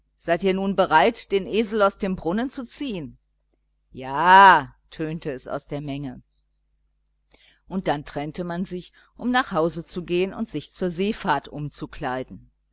seid ihr nun bereit den esel aus dem brunnen zu ziehen ja a ertönte es aus der menge und dann trennte man sich um nach hause zu gehen und sich zur seefahrt umzukleiden